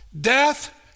Death